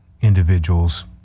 individuals